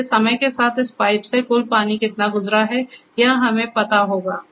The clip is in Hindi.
इसलिए समय के साथ इस पाइप से कुल पानी कितना गुजरा है यह हमें पता होगा